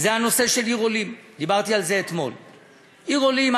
זה הנושא של עיר עולים.